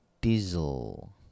diesel